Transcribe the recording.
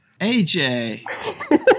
AJ